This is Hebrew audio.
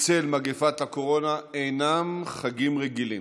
בצל מגפת הקורונה אינם חגים רגילים,